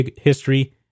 history